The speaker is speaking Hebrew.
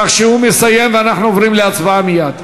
כך שהוא מסיים ואנחנו עוברים להצבעה מייד.